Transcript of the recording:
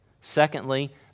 Secondly